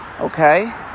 Okay